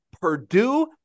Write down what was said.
Purdue